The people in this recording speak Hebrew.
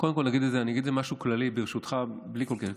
קודם כול אגיד משהו כללי, ברשותך, בלי כל קשר.